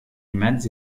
mezzi